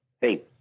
Hey